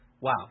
wow